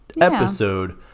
episode